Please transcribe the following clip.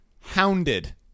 Hounded